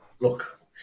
look